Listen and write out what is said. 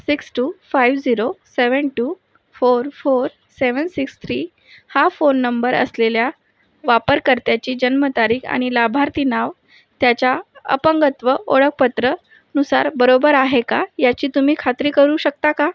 six two five zero seven two four four seven six three हा phone number असलेल्या वापरकर्त्याची जन्मतारीख आणि लाभार्थी नाव त्याच्या अपंगत्व ओळखपत्रानुसार बरोबर आहे का याची तुम्ही खात्री करू शकता का